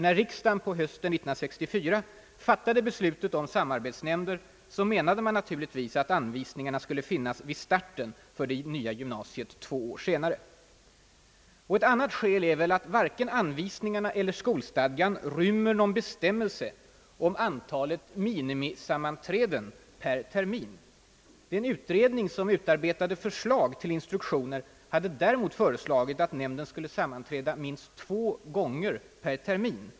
När riksdagen på hösten 1964 fattade beslut om samarbetsnämnder menade man naturligtvis att anvisningarna skulle finnas vid starten för det nya gymnasiet två år senare. Ett annat skäl är väl att varken anvisningarna eller skolstadgan rymmer någon bestämmelse om minimiantalet sammanträden per termin. Den utredning som utarbetade förslaget till instruktioner hade däremot föreslagit att nämnden skulle sammanträda minst två gånger per termin.